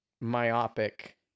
myopic